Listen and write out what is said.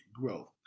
growth